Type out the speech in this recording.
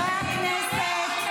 מה הבושה ללכת לייעוץ?